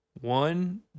One